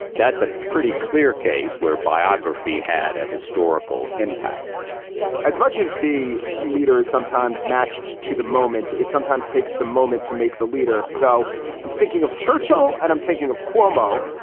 that's a pretty clear case where biography had a historical impact as much as the leader is sometimes matched to the moment it sometimes takes the moment to make the leader. so i'm thinking of churchill and i'm thinking of cuomo.